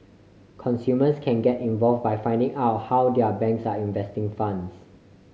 consumers can get involve by finding out how their banks are investing funds